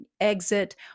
exit